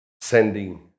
sending